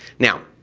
now,